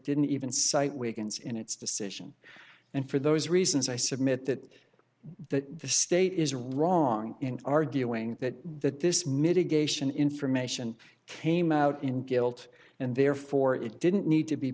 didn't even cite wigan's in its decision and for those reasons i submit that that the state is wrong in arguing that that this mitigation information came out in guilt and therefore it didn't need to be